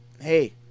hey